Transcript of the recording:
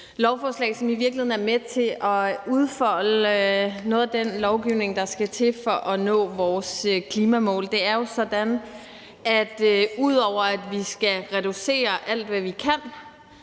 lovforslag, som i virkeligheden er med til at udfolde noget af den lovgivning, der skal til, for at vi kan nå vores klimamål. Det er jo sådan, at ud over, at vi skal reducere alt, hvad vi kan,